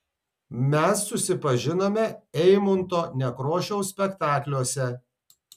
mes susipažinome eimunto nekrošiaus spektakliuose